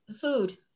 Food